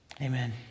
Amen